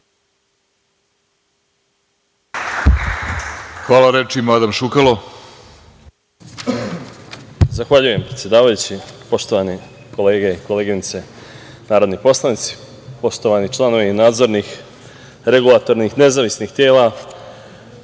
Hvala. Reč ima Adam Šukalo.